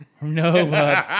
No